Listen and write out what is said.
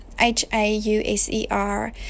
h-a-u-s-e-r